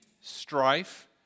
strife